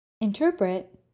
Interpret